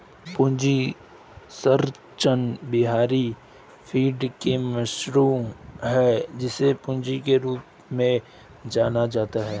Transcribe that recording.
पूंजी संरचना बाहरी फंडों का मिश्रण है, जिसे पूंजी के रूप में जाना जाता है